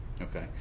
Okay